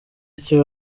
icyo